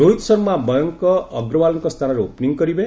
ରୋହିତ ଶର୍ମା ମୟଙ୍କ ଅଗ୍ରୱାଲ୍ଙ୍କ ସ୍ଥାନରେ ଓପନିଂ କରିବେ